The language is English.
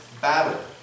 battle